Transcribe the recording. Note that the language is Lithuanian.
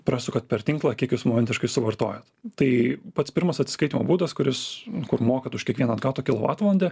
prasukat per tinklą kiek jūs momentiškai suvartojat tai pats pirmas atsiskaitymo būdas kuris kur mokat už kiekvieną atgautą kilovatvalandę